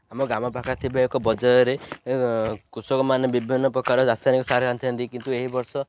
ଆମ ଗ୍ରାମ ପାଖରେ ଥିବା ଏକ ବଜାରରେ କୃଷକମାନେ ବିଭିନ୍ନପ୍ରକାର ରାସାୟନିକ ସାର ଆଣିଥାନ୍ତି କିନ୍ତୁ ଏହି ବର୍ଷ